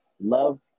love